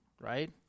Right